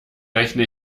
rechne